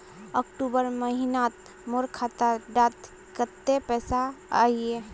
अक्टूबर महीनात मोर खाता डात कत्ते पैसा अहिये?